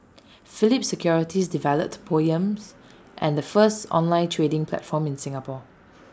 Phillip securities developed poems and the first online trading platform in Singapore